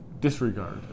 disregard